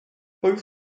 both